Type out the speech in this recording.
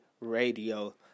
Radio